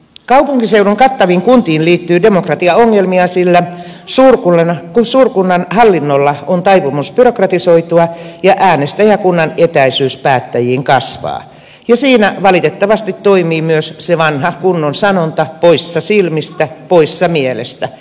kaupunkiseudun kattaviin kuntiin liittyy demokratiaongelmia sillä suurkunnan hallinnolla on taipumus byrokratisoitua ja äänestäjäkunnan etäisyys päättäjiin kasvaa ja siinä valitettavasti toimii myös se vanha kunnon sanonta poissa silmistä poissa mielestä